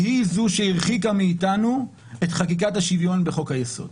היא זו שהרחיקה מאיתנו את חקיקת השוויון בחוק-היסוד.